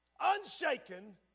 unshaken